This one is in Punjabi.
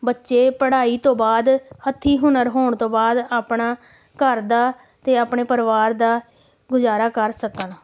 ਬੱਚੇ ਪੜ੍ਹਾਈ ਤੋਂ ਬਾਅਦ ਹੱਥੀਂ ਹੁਨਰ ਹੋਣ ਤੋਂ ਬਾਅਦ ਆਪਣਾ ਘਰ ਦਾ ਅਤੇ ਆਪਣੇ ਪਰਿਵਾਰ ਦਾ ਗੁਜ਼ਾਰਾ ਕਰ ਸਕਣ